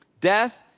death